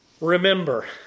Remember